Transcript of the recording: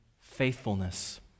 faithfulness